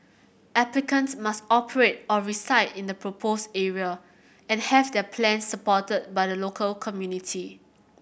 applicants must operate or reside in the proposed area and have their plans supported by the local community